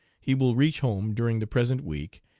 he will reach home during the present week,